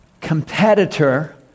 competitor